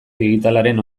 digitalaren